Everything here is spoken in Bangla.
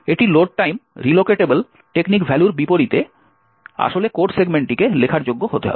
এটি লোড টাইম রিলোকেটেবল টেকনিক ভ্যালুর বিপরীতে আসলে কোড সেগমেন্টটিকে লেখার যোগ্য হতে হবে